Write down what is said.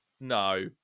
No